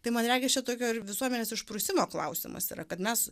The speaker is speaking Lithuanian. tai man regis čia tokio ir visuomenės išprusimo klausimas yra kad mes